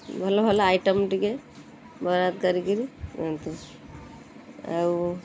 ଭଲ ଭଲ ଆଇଟମ୍ ଟିକିଏ ବରାଦ କରିକିରି ଦିଅନ୍ତୁ ଆଉ